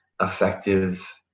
effective